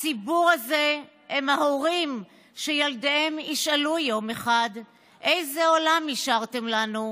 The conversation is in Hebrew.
הציבור הזה הם ההורים שילדיהם ישאלו יום אחד: איזה עולם השארתם לנו?